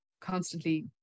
constantly